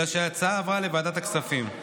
אלא שההצעה עברה לוועדת הכספים.